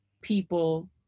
people